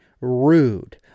rude